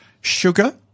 sugar